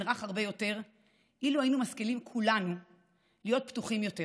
רך הרבה יותר אילו היינו משכילים כולם להיות פתוחים יותר